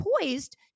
poised